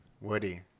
Woody